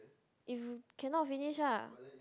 if you cannot finish lah